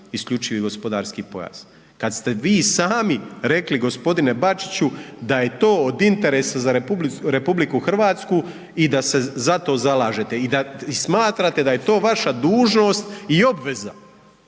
isključivi gospodarski pojas, kad ste vi sami rekli, g. Bačiću, da je to od interesa za RH i da se za to zalažete i da, smatrate da je to vaša dužnost i obveza.